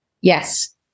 Yes